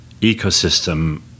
ecosystem